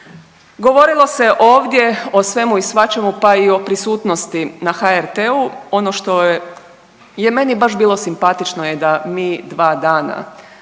Govorilo se ovdje o svemu i svačemu, pa i o prisutnosti na HRT-u. Ono što je, je meni baš bilo simpatično je da mi dva dana